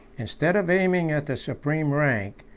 instead of aiming at the supreme rank,